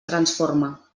transforma